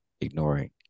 ignoring